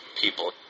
people